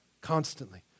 constantly